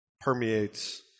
permeates